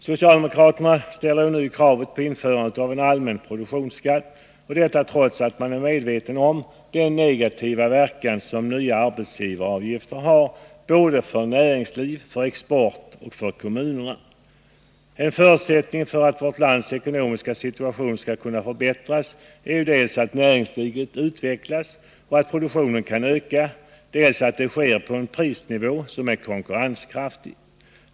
Socialdemokraterna ställer nu krav på införande av en allmän produktionsskatt, trots att man är medveten om den negativa verkan som nya arbetsgivaravgifter har för näringslivet, för exporten och för kommunerna. En förutsättning för att vårt lands ekonomiska situation skall förbättras är ju dels att näringslivet utvecklas och att produktionen kan öka, dels att detta sker med en prisnivå som är konkurrenskraftig.